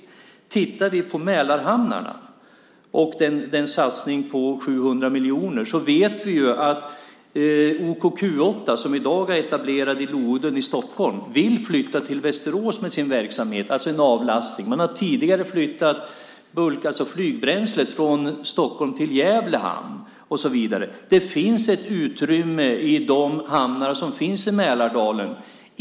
Om vi tittar på Mälarhamnarna och satsningen på 700 miljoner så vet vi ju att OK Q8 som i dag är etablerat i Loudden i Stockholm vill flytta till Västerås med sin verksamhet, alltså en avlastning. Man har tidigare flyttat bulk, alltså flygbränslet från Stockholm till Gävle hamn. Det finns ett utrymme i de hamnar som finns i Mälardalen.